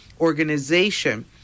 organization